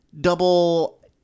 double